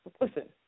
Listen